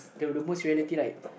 the the most reality like